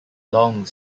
long